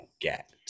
get